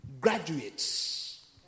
graduates